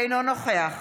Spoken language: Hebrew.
אינו נוכח